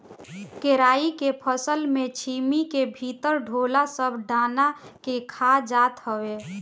केराई के फसल में छीमी के भीतर ढोला सब दाना के खा जात हवे